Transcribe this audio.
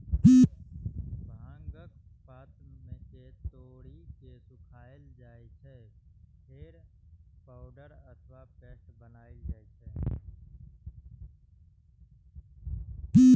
भांगक पात कें तोड़ि के सुखाएल जाइ छै, फेर पाउडर अथवा पेस्ट बनाएल जाइ छै